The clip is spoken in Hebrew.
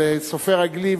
של סופר אנגלי,